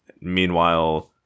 Meanwhile